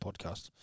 podcast